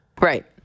Right